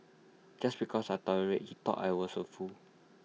just because I tolerated he thought I was A fool